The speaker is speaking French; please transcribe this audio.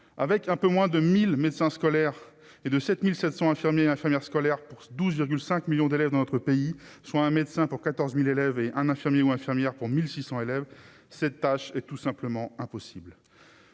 avec un peu moins de 1000 médecins scolaires et de 7500 infirmiers, infirmières scolaires pour 12,5 millions d'élèves dans notre pays soit un médecin pour 14000 élèves et un infirmier ou infirmière pour 1600 élèves cette tâche est tout simplement impossible